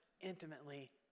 intimately